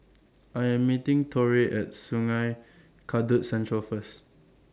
I Am meeting Torey At Sungei Kadut Central First